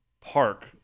park